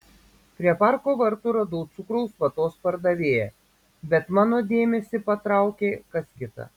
prie parko vartų radau cukraus vatos pardavėją bet mano dėmesį patraukė kas kita